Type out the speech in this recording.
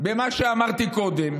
ממה שאמרתי קודם,